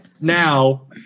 Now